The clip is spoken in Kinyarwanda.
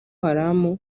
haram